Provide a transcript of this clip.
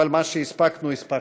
אבל מה שהספקנו, הספקנו.